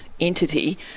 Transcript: entity